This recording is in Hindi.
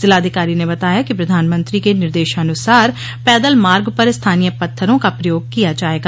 जिलाधिकारी ने बताया कि प्रधानमंत्री के निर्देशानुसार पैदल मार्ग पर स्थानीय पत्थरों का प्रयोग किया जाएगा